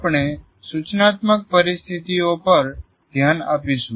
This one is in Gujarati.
આપણે સૂચનાત્મક પરિસ્થિતિઓ પર ધ્યાન આપીશું